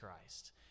Christ